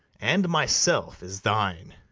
and myself is thine.